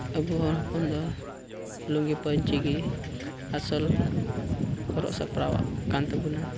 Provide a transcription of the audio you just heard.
ᱟᱵᱚ ᱦᱚᱲ ᱦᱚᱯᱚᱱ ᱫᱚ ᱞᱩᱝᱜᱤ ᱯᱟᱹᱧᱪᱤ ᱜᱮ ᱟᱥᱚᱞ ᱦᱚᱨᱚᱜ ᱥᱟᱯᱲᱟᱣ ᱟᱜ ᱠᱟᱱ ᱛᱟᱵᱚᱱᱟ